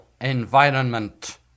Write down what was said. environment